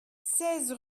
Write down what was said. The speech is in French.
seize